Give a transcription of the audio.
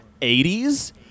80s